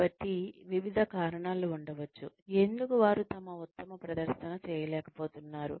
కాబట్టి వివిధ కారణాలు ఉండవచ్చు ఎందుకు వారు తమ ఉత్తమ ప్రదర్శన చేయలేకపోతున్నారు